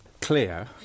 clear